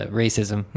racism